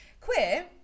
Queer